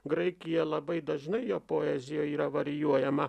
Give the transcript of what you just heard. graikija labai dažnai jo poezijoj yra varijuojama